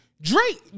Drake